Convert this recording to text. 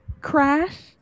crash